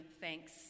thanks